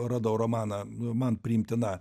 radau romaną man priimtina